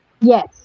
Yes